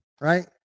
right